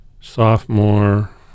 sophomore